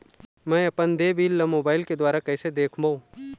मैं अपन देय बिल ला मोबाइल के द्वारा कइसे देखबों?